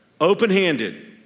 Open-handed